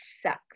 sucks